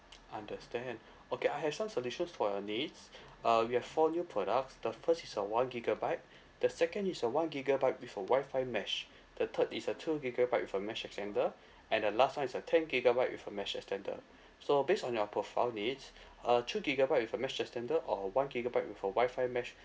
understand okay I have some solutions for your needs uh we have four new products the first is a one gigabyte the second is a one gigabyte with a WI-FI mesh the third is a two gigabyte with a mesh extender and the last one is a ten gigabyte with a mesh extender so based on your profile needs uh two gigabyte with a mesh extender or or one gigabyte with a WI-FI mesh